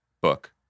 book